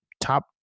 top